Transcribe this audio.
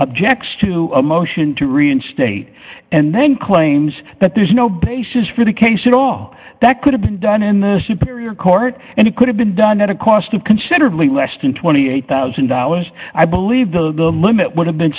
objects to a motion to reinstate and then claims that there's no basis for the case at all that could have been done in the superior court and it could have been done at a cost of considerably less than twenty eight thousand dollars i believe the limit would have been